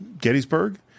Gettysburg